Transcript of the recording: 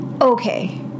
okay